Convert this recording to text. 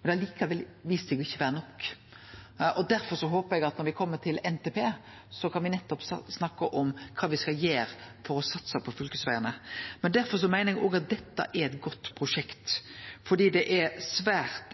men det har likevel vist seg ikkje å vere nok. Derfor håper eg at når me kjem til NTP, kan me snakke om kva me skal gjere for å satse på fylkesvegane. Eg meiner at dette er eit godt prosjekt fordi det er svært